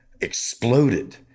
exploded